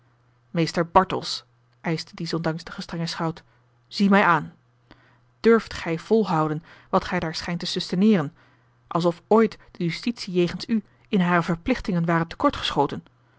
mr bartels eischte diesondanks de gestrenge schout zie mij aan durft gij volhouden wat gij daar schijnt te susteneeren alsof ooit de justitie jegens u in hare verplichtingen ware te kort geschoten